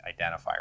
identifier